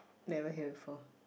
never hear before